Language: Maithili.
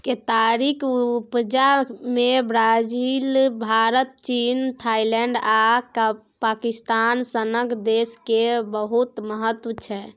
केतारीक उपजा मे ब्राजील, भारत, चीन, थाइलैंड आ पाकिस्तान सनक देश केर बहुत महत्व छै